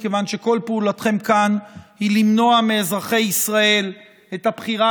מכיוון שכל פעולתכם כאן היא למנוע מאזרחי ישראל את הבחירה